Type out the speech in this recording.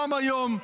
גם היום,